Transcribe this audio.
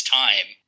time